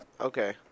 Okay